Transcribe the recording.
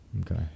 Okay